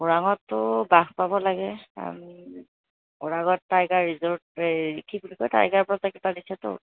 ওৰাঙতটো বাঘ পাব লাগে ওৰাঙত টাইগাৰ ৰিজৰ্ট এই কি বুলি কয় টাইগাৰ প্ৰ'জেক্ট এটা দিছেতো